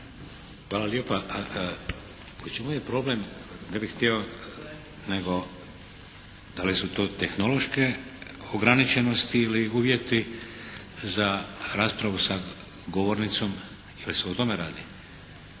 Hvala lijepa. U čemu je problem ne bih htio, nego da li su to tehnološke ograničenosti ili uvjeti za raspravu sa govornicom. Je li se o tome radi?